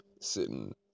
Sitting